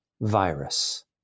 virus